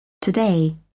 today